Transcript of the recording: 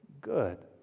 good